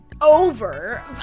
Over